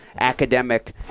academic